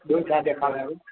ॿियो छा ॾेखारियांव